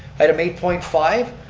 item eight point five,